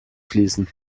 fließen